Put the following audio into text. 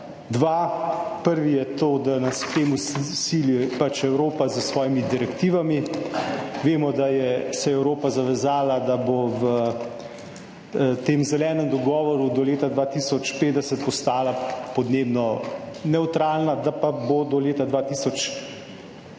dva. Prvi je to, da nas k temu sili Evropa s svojimi direktivami. Vemo, da se je Evropa zavezala, da bo v zelenem dogovoru do leta 2050 postala podnebno nevtralna, da pa bo do leta 2030